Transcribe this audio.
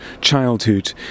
childhood